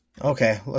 Okay